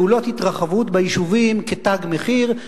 פעולות התרחבות ביישובים כתג מחיר,